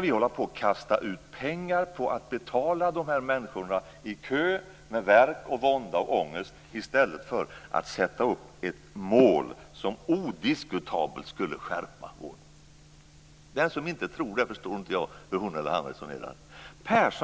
Vi kastar ut pengar på att betala de människor som står i kö, med värk, vånda och ångest, i stället för att sätta upp ett mål som odiskutabelt skulle skärpa vården. Jag förstår inte hur han eller hon som inte tror det resonerar.